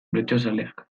bertsozaleak